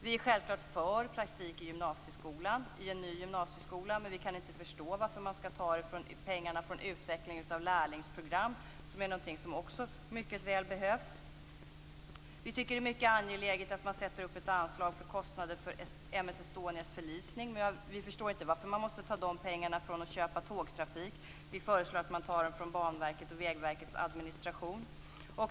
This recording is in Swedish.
Vi är självklart för praktik i en ny gymnasieskola, men vi kan inte förstå varför man skall ta pengarna från utveckling av lärlingsprogram, som också mycket väl behövs. Vi tycker att det är mycket angeläget att man sätter upp ett anslag för kostnader för M/S Estonias förlisning, men vi förstår inte varför man måste ta de pengarna från att köpa tågtrafik. Vi föreslår att man tar dem från Banverkets och Vägverkets administration.